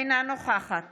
אינה נוכחת